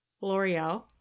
l'oreal